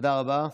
תודה רבה.